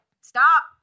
stop